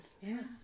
yes